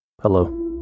Hello